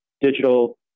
digital